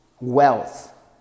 wealth